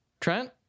Trent